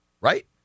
Right